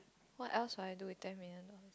what else should I do with ten million